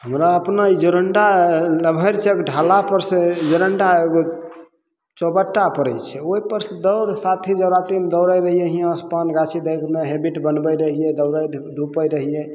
हमरा अपना ई जरण्डा लभैर चौक ढालापर सँ जरंडा एगो चौपट्टा पड़य छै ओइपर सँ दौड़ साथी जरातीमे दौड़य रहियै हियाँसँ पान गाछी तकमे दौड़ैत रहियै हेबिट बनबैत रहियै दौड़य धूपय रहियै